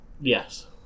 Yes